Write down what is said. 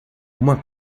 uma